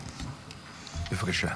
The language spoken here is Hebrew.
בבקשה.